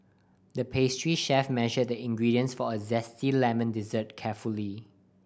the pastry chef measured the ingredients for a zesty lemon dessert carefully